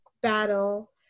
battle